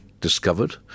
discovered